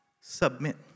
submit